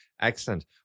Excellent